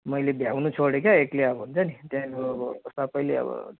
मैले भ्याउनु छोडेँ क्या एक्लै अब हुन्छ नि त्यहाँदेखि अब सबैले अब